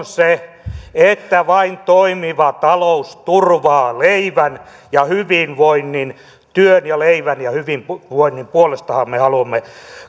se että vain toimiva talous turvaa leivän ja hyvinvoinnin työn ja leivän ja hyvinvoinnin puolestahan me haluamme